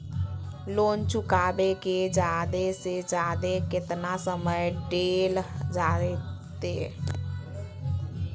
Loan चुकाबे के जादे से जादे केतना समय डेल जयते?